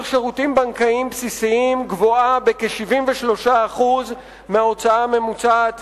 שירותים בנקאיים בסיסיים גבוהה בכ-73% מההוצאה הממוצעת